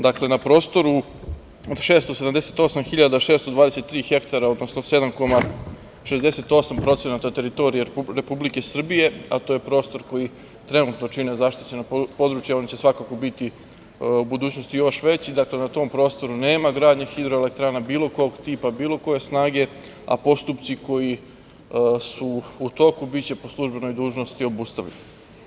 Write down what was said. Dakle, na prostoru od 678 hiljada 623 hektara, odnosno 7,68% teritorije Republike Srbije, a to je prostor koji trenutno čine zaštićena područja, one će svakako u budućnosti biti još veći, dakle, na tom prostoru nema gradnji mini hidroelektrana bilo kog tipa, bilo koje snage, a postupci koji su i toku biće po službenoj dužnosti obustavljeni.